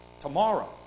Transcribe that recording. tomorrow